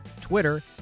Twitter